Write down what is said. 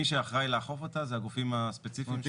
מי שאחראי לאכוף אותה זה הגופים הספציפיים.